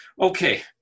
Okay